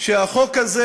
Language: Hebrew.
שהחוק הזה